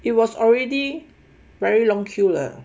it was already very long queue 了